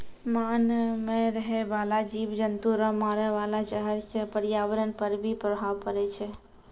मान मे रहै बाला जिव जन्तु रो मारे वाला जहर से प्रर्यावरण पर भी प्रभाव पड़ै छै